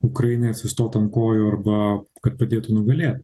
ukrainai atsistot ant kojų arba kad padėtų nugalėt